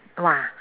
!wah!